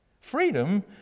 Freedom